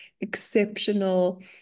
exceptional